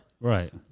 Right